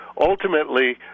ultimately